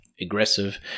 aggressive